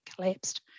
collapsed